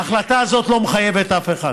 ההחלטה הזאת לא מחייבת אף אחד,